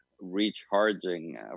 recharging